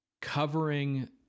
covering